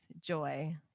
joy